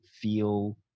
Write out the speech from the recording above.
feel